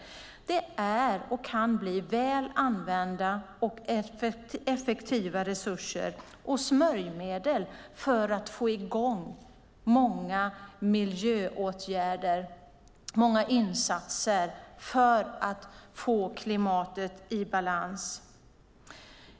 Det är och kan bli väl använda och effektiva resurser och smörjmedel för att få i gång många miljöåtgärder, många insatser, så att klimatet kommer i balans.